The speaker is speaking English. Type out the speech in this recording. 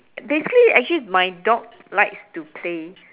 basically actually my dog likes to play